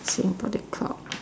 same body clock